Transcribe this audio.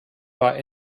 war